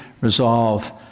resolve